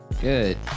Good